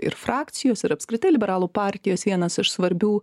ir frakcijos ir apskritai liberalų partijos vienas iš svarbių